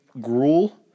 gruel